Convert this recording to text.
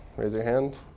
raise your hand.